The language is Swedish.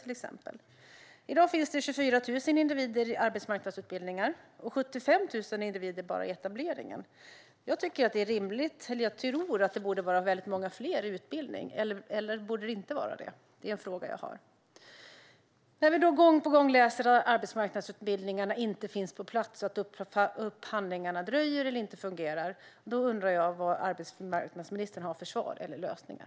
I dag finns det 24 000 individer i arbetsmarknadsutbildningar och 75 000 individer bara i etableringen. Jag tror att det borde vara väldigt många fler i utbildning. Eller borde det inte vara det? Det är en fråga jag har. Vi läser gång på gång att arbetsmarknadsutbildningarna inte finns på plats och att upphandlingarna dröjer eller inte fungerar, och jag undrar vad arbetsmarknadsministern har för svar eller lösningar.